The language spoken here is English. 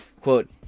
quote